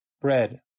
bread